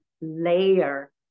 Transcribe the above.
layer